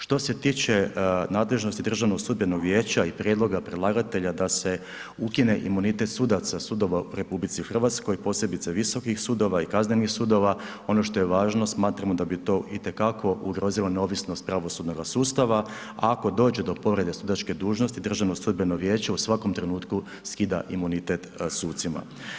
Što se tiče nadležnosti Državnog sudbenog vijeća i prijedloga predlagatelja da se ukine imunitet sudaca sudova u RH posebice visokih sudova i kaznenih sudova ono što je važno smatramo da bi to itekako ugrozilo neovisnost pravosudnoga sustava, ako dođe do povrede sudačke dužnosti Državno sudbeno vijeće u svakom trenutku skida imunitet sucima.